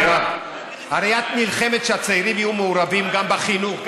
מירב: הרי את נלחמת שהצעירים יהיו מעורבים גם בחינוך,